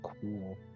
cool